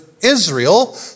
Israel